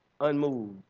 Unmoved